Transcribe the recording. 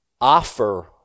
offer